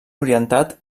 orientat